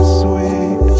sweet